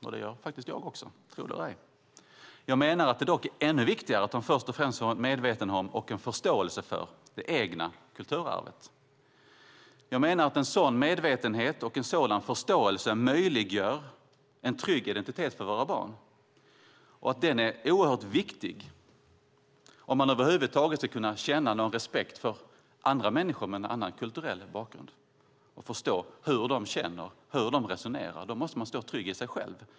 Det tycker också jag - tro det eller ej! Dock är det, menar jag, ännu viktigare att barnen först och främst får en medvetenhet om och en förståelse för det egna kulturarvet. Jag menar att en sådan medvetenhet och en sådan förståelse möjliggör en trygg identitet för våra barn och att denna är oerhört viktig. För att man över huvud taget ska kunna känna respekt för andra människor, för människor med en annan kulturell bakgrund, och förstå hur de känner och hur de resonerar måste man vara trygg i sig själv.